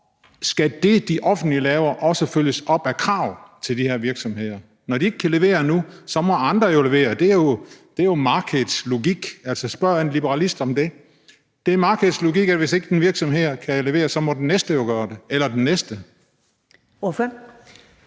skal det, det offentlige laver, også følges op af krav til de her virksomheder? Når de ikke kan levere nu, må andre levere. Det er jo markedets logik. Spørg en liberalist om det. Det er markedets logik, at hvis ikke en virksomhed kan levere, må den næste jo gøre det eller den næste. Kl.